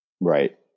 Right